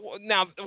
Now